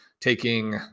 taking